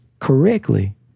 correctly